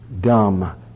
dumb